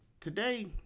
today